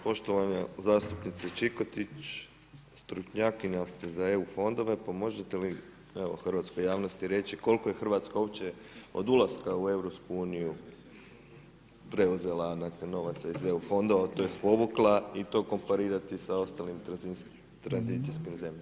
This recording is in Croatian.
Poštovana zastupnice Čikotić, stručnjakinja ste za EU fondove pa možete li evo hrvatskoj javnosti reći, koliko je Hrvatska uopće od ulaska u EU preuzela dakle novaca iz EU fondova tj. povukla i to komparirati sa ostalim tranzicijskim zemljama?